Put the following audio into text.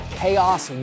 chaos